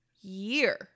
year